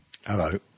Hello